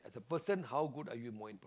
a person how good are you more